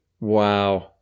Wow